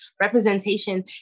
representation